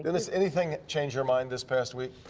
dennis, anything change your mind this past week?